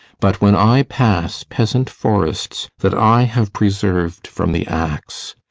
but when i pass peasant-forests that i have preserved from the axe,